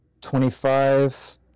Twenty-five